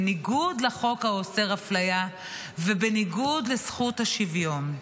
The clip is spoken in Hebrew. בניגוד לחוק האוסר אפליה ובניגוד לזכות השוויון.